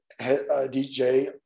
DJ